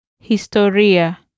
Historia